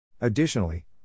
Additionally